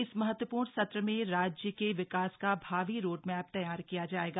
इस महत्वपूर्ण सत्र में राज्य के विकास का भावी रोडमैप तैयार किया जायेगा